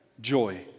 joy